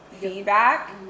feedback